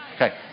Okay